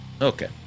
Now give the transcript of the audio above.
Okay